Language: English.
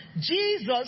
Jesus